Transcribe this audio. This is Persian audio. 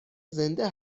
زنده